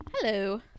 Hello